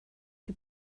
die